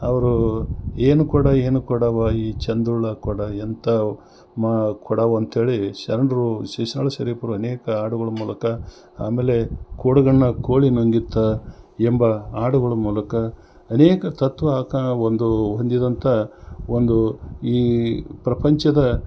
ಅವರು ಏನು ಕೊಡ ಏನು ಕೊಡವಾ ಈ ಚೆಂದುಳ್ಳ ಕೊಡ ಎಂತ ಮ ಕೊಡವಾ ಅಂಥೇಳಿ ಶರಣರು ಶಿಶುನಾಳ ಶರೀಫ್ರು ಅನೇಕ ಹಾಡುಗಳ ಮೂಲಕ ಆಮೇಲೆ ಕೊಡಗನ ಕೋಳಿ ನುಂಗಿತ್ತಾ ಎಂಬ ಹಾಡುಗಳ ಮೂಲಕ ಅನೇಕ ತತ್ವ ಅಕ ಒಂದು ಹೊಂದಿರುವಂಥ ಒಂದು ಈ ಪ್ರಪಂಚದ